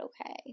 okay